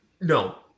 no